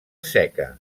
seca